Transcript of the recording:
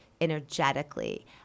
energetically